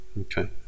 Okay